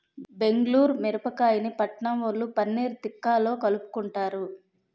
బెంగుళూరు మిరపకాయని పట్నంవొళ్ళు పన్నీర్ తిక్కాలో కలుపుకుంటారు